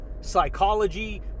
psychology